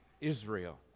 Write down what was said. Israel